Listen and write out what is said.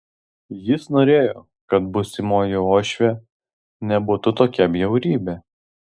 jis norėjo kad būsimoji uošvė nebūtų tokia bjaurybė